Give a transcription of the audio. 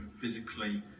physically